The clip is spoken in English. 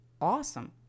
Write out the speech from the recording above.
awesome